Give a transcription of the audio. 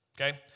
Okay